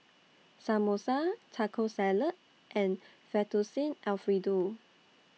Samosa Taco Salad and Fettuccine Alfredo